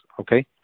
Okay